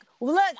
look